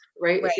right